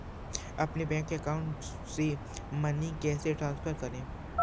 अपने bank account से money कैसे ट्रांसफर करें?